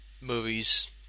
movies